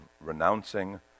renouncing